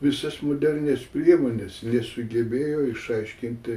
visas modernias priemones nesugebėjo išaiškinti